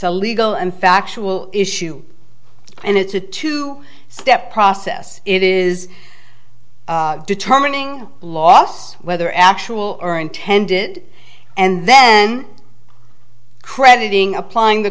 a legal and factual issue and it's a two step process it is determining loss whether actual or intended and then crediting applying the